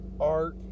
art